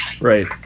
right